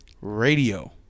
Radio